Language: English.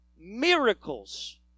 miracles